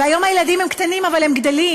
והיום הילדים הם קטנים, אבל הם גדלים,